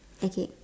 okay